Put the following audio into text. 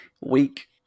week